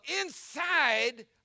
inside